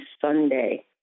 Sunday